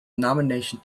nomination